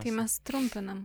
tai mes trumpinam